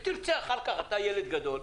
אתה ילד גדול,